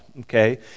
okay